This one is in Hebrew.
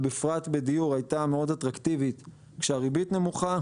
ובפרט בדיור הייתה מאוד אטרקטיבית כשהריבית נמוכה.